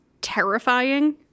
terrifying